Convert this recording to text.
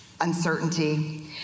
uncertainty